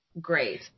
Great